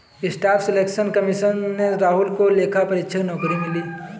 staff selection commission से राहुल को लेखा परीक्षक नौकरी मिली